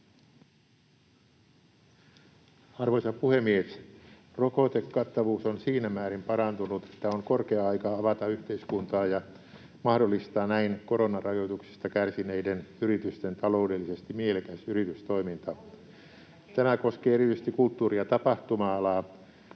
Arvoisa puhemies! Rokotekattavuus on siinä määrin parantunut, että on korkea aika avata yhteiskuntaa ja mahdollistaa näin koronarajoituksista kärsineiden yritysten taloudellisesti mielekäs yritystoiminta. Tämä koskee erityisesti kulttuuri- ja tapahtuma-alaa,